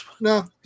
No